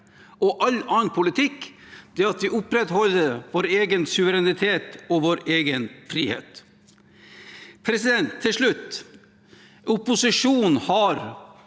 og all annen politikk er at vi opprettholder vår egen suverenitet og vår egen frihet. Til slutt: Opposisjonen har